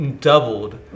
doubled